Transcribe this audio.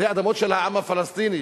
אלה אדמות של העם הפלסטיני,